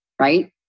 right